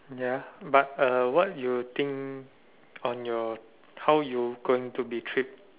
ya but a what you think on your how you going to be trip